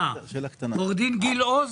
עו"ד גיל עוז,